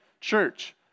church